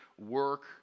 work